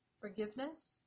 forgiveness